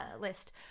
list